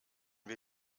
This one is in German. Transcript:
wir